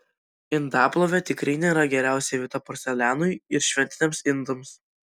indaplovė tikrai nėra geriausia vieta porcelianui ir šventiniams indams